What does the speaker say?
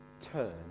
turn